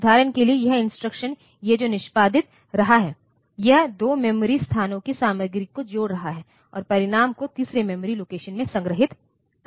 उदाहरण के लिए यह इंस्ट्रक्शन ये जो निष्पादित रहा है यह 2 मेमोरी स्थानों की सामग्री को जोड़ रहा है और परिणाम को तीसरे मेमोरी लोकेशन में संग्रहीत कर रहा है